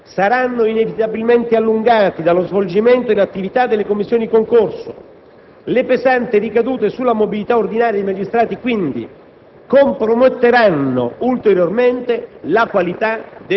per l'espletamento delle procedure consiliari di mobilità saranno inevitabilmente allungati dallo svolgimento delle attività delle commissioni di concorso. Le pesanti ricadute sulla mobilità ordinaria dei magistrati, quindi,